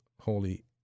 Holy